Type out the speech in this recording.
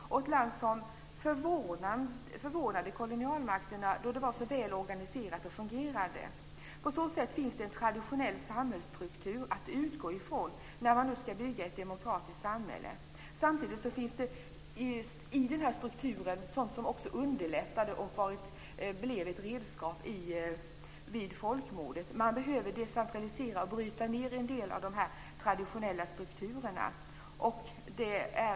Det är ett land som förvånade kolonialmakterna då det var så väl organiserat och fungerade väl. På så sätt finns det en traditionell samhällsstruktur att utgå från när ett demokratiskt samhälle ska byggas upp. Samtidigt finns det i den här strukturen sådant som underlättade och blev ett redskap vid folkmordet. Man behöver decentralisera och bryta ned en del av dessa traditionella strukturer.